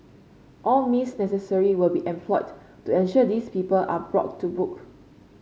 all means necessary will be employed to ensure these people are brought to book